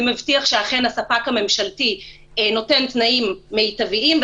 זה מבטיח שאכן הספק הממשלתי נותן תנאים מיטיבים,